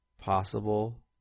possible